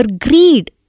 greed